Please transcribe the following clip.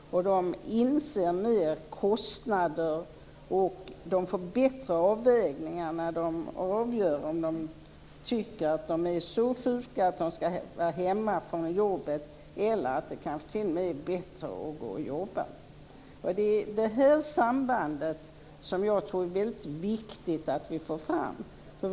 De har lättare att inse kostnaderna och kan göra bättre avvägningar när de avgör om de är så sjuka att de ska vara hemma från jobbet eller om det kanske är bättre att gå och jobba. Jag tror att det är väldigt viktigt att vi får fram det här sambandet.